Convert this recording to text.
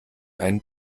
einen